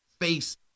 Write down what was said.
face